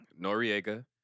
Noriega